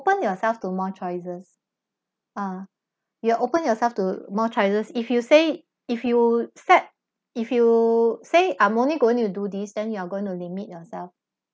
open yourself to more choices ah you open yourself to more choices if you say if you set if you say I'm only going to do this then you are going to limit yourself